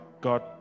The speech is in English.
God